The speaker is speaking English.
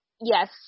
Yes